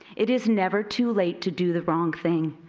it is never too late to do the wrong thing.